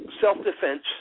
self-defense